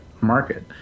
market